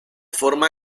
forma